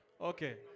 Okay